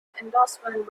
endorsement